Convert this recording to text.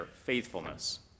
faithfulness